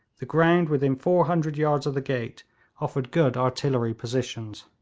the ground within four hundred yards of the gate offered good artillery positions.